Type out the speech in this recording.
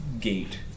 gate